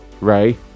Ray